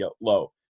Low